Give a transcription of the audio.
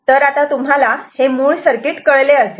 तर तुम्हाला हे मूळ सर्किट कळले असेल